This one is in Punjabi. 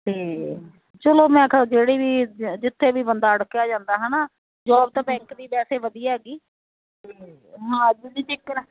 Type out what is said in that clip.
ਅਤੇ ਚੱਲੋ ਮੈਂ ਕਿਹਾ ਜਿਹੜੀ ਵੀ ਜਿੱਥੇ ਵੀ ਬੰਦਾ ਅੜਕਿਆ ਜਾਂਦਾ ਹੈ ਨਾ ਜੋਬ 'ਤੇ ਬੈਂਕ ਦੀ ਵੈਸੇ ਵਧੀਆ ਹੈਗੀ ਅਤੇ ਹਾਂ ਜਿਹਦੇ 'ਚ ਇੱਕ ਵਾਰ